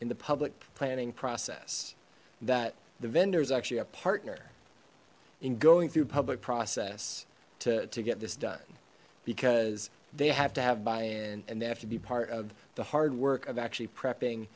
in the public planning process that the vendor is actually a partner in going through public process to get this done because they have to have buy in and they have to be part of the hard work of actually prepping